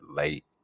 late